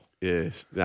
Yes